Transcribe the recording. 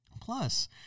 plus